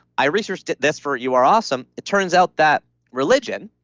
i researched this for you are awesome, it turns out that religion